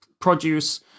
produce